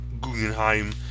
guggenheim